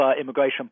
immigration